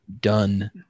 done